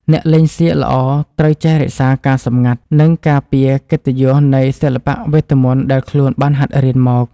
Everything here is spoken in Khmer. អ្នកលេងសៀកល្អត្រូវចេះរក្សាការសម្ងាត់ និង ការពារកិត្តិយសនៃសិល្បៈវេទមន្តដែលខ្លួនបានហាត់រៀនមក។